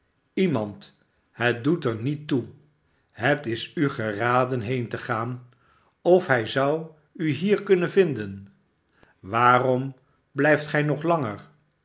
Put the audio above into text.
slemand het doet er niet toe het is u geraden heen te gaan of hij zou u hier kunnen vinden waarom blijft gij nog langer